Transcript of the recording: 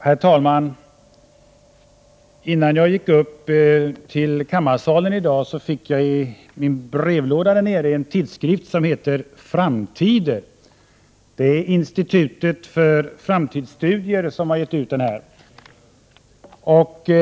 Herr talman! Innan jag gick upp till kammaren i dag fick jag i min brevlåda en tidskrift som heter Framtiden. Det är Institutet för framtidsstudier som har gett ut den.